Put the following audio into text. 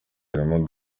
harimo